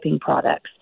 products